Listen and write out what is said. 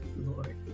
Lord